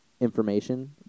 information